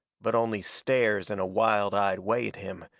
but only stares in a wild-eyed way at him,